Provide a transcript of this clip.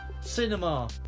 cinema